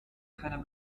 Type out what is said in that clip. keiner